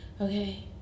Okay